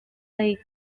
lake